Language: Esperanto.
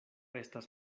estas